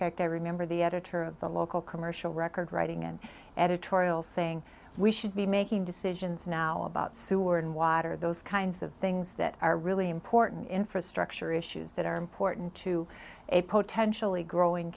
fact i remember the editor of the local commercial record writing an editorial saying we should be making decisions now about sewer and water those kinds of things that are really important infrastructure issues that are important to a potentially growing